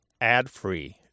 adfree